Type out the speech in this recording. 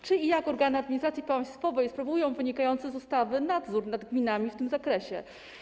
Czy i jak organy administracji państwowej sprawują wynikający z ustawy nadzór nad gminami w tym zakresie?